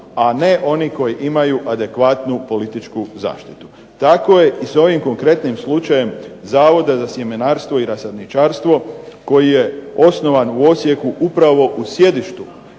a ne oni koji imaju adekvatnu političku zaštitu. Tako je i s ovim konkretnim slučajem Zavoda za sjemenarstvo i rasadničarstvo koji je osnovan u Osijek upravo u sjedištu